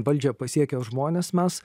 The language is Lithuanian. valdžią pasiekia žmonės mes